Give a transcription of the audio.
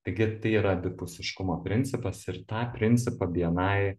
taigi tai yra abipusiškumo principas ir tą principą bni